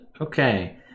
Okay